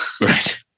Right